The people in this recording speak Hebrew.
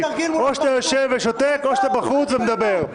או שאתה יושב ושותק או שאתה בחוץ ומדבר.